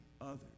others